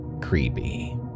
creepy